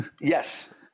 Yes